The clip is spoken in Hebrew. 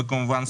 וכמובן,